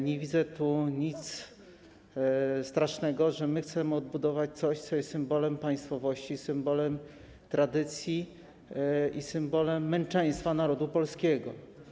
Nie widzę tu nic strasznego, że chcemy odbudować coś, co jest symbolem państwowości, symbolem tradycji i symbolem męczeństwa narodu polskiego.